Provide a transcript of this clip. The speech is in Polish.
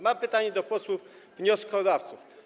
Mam pytanie do posłów wnioskodawców.